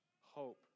hope